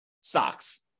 stocks